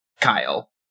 Kyle